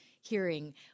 hearing